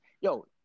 Yo